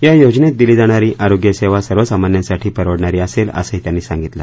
या योजनेत दिली जाणारी आरोग्य सेवा सर्वसामान्यांसाठी परवडणारी असेल असंही त्यांनी सांगितलं